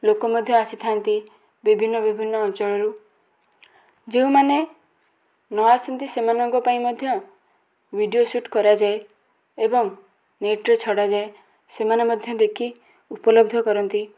ଲୋକ ମଧ୍ୟ ଆସିଥାନ୍ତି ବିଭିନ୍ନ ବିଭିନ୍ନ ଅଞ୍ଚଳରୁ ଯେଉଁମାନେ ନ ଆସନ୍ତି ସେମାନଙ୍କ ପାଇଁ ମଧ୍ୟ ଭିଡ଼ିଓ ଶୂଟ୍ କରାଯାଏ ଏବଂ ନେଟ୍ରେ ଛଡ଼ାଯାଏ ସେମାନେ ମଧ୍ୟ ଦେଖି ଉପଲବ୍ଧ କରନ୍ତି